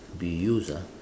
be used ah